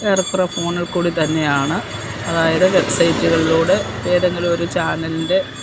ഏറെക്കുറേ ഫോണിൽ കൂടി തന്നെ ആണ് അതായത് വെബ്സൈറ്റുകളിലൂടെ ഏതെങ്കിലു ഒരു ചാനലിൻ്റെ